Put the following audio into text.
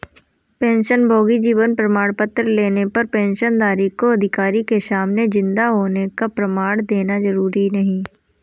पेंशनभोगी जीवन प्रमाण पत्र लेने पर पेंशनधारी को अधिकारी के सामने जिन्दा होने का प्रमाण देना जरुरी नहीं